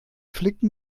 flicken